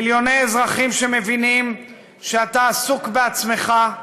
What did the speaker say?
מיליוני אזרחים מבינים שאתה עסוק בעצמך,